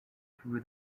through